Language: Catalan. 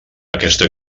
aquesta